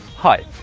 hi,